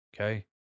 Okay